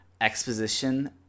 exposition